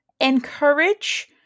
encourage